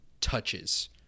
touches